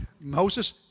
Moses